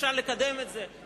אפשר לקדם את זה,